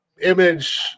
image